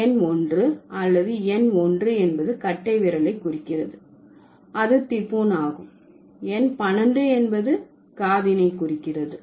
எண் 1 அல்லது எண் 1 என்பது கட்டைவிரலை குறிக்கிறது அது திபுன் ஆகும் எண் 12 என்பது காதினை குறிக்கிறது